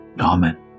Amen